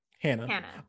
Hannah